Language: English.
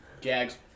Jags